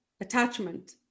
attachment